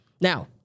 Now